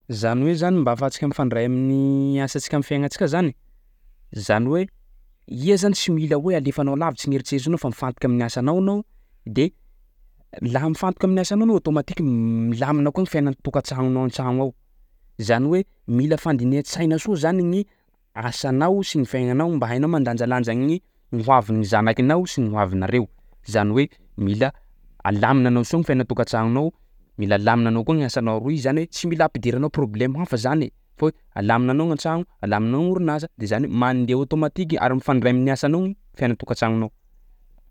Zany hoe zany mba ahafahantsika mifandray amin'ny asantsika am'fiaignantsika zany, zany hoe iha zany tsy mila hoe alefanao lavitsy gny eritseritrinao fa mifantoky amin'ny asanao anao de laha mifantoky amin'ny asana anao automatique milamina koa ny fiainan-tokantsagnonao an-tsagno ao, zany hoe mila fandinihan-tsaina soa zany gny asanao sy ny fiaignanao mba hainao mandanjalanja gny ny ho avin'ny zanakinao sy ny ho avinareo zany hoe mila alaminanao soa ny fiainan-tokantsagnonao, mila alaminanao koa ny asanao aroy zany hoe tsy mila ampidiranao problemo hafa zany e fa hoe alaminanaogny an-tsagno, alaminanao gny orinasa de zany hoe mandeha automatique ary mifandray amin'ny asanao gny fiainan-tokantsagnonao.